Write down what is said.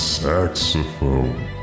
saxophone